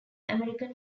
american